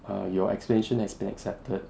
err your explanation has been accepted